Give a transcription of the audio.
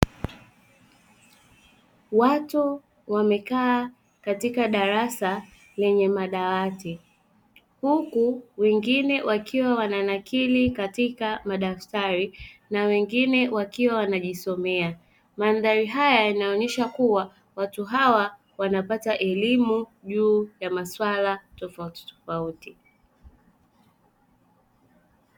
Watu wamekaa katika darasa lenye madawati, huku wengine wakiwa wananakilli katika madaftari na wengine wakiwa wanajisomea. Mandhari haya yanaonyesha kuwa, watu hawa wanapata elimu juu ya masuala tofautitofauti.